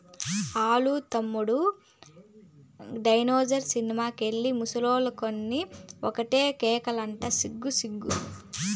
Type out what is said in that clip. ఆల్ల తమ్ముడు డైనోసార్ సినిమా కెళ్ళి ముసలనుకొని ఒకటే కేకలంట సిగ్గు సిగ్గు